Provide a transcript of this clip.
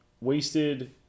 wasted